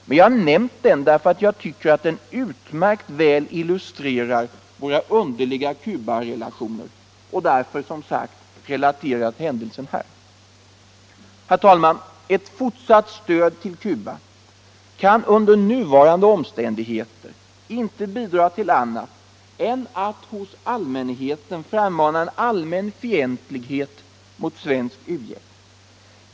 Men jag har nämnt den därför att jag tycker att den utmärkt väl illustrerar våra underliga Cubarelationer. Herr talman! Ett fortsatt stöd till Cuba kan under nuvarande omständigheter inte bidra till annat än att hos allmänheten frammana en allmän fientlighet mot svensk u-hjälp.